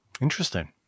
Interesting